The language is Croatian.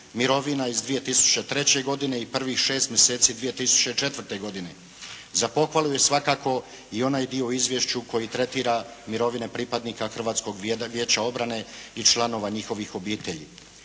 mirovina iz 2003. godine i prvih 6 mjeseci 2004. godine. Za pohvalu je svakako i onaj dio u izvješću koji tretira mirovine pripadnika Hrvatskog vijeće obrane i članova njihovih obitelji.